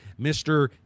Mr